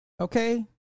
Okay